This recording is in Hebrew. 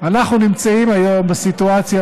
נמצאים היום בסיטואציה,